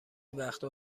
وقتها